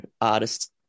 artists